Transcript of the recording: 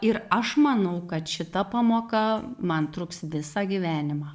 ir aš manau kad šita pamoka man truks visą gyvenimą